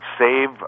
save